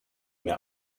mehr